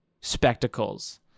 spectacles